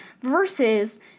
versus